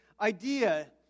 idea